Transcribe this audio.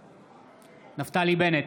נגד נפתלי בנט,